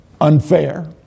unfair